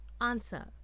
Answer